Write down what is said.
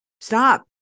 Stop